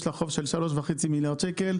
יש לה חוב של 3.5 מיליארד שקל,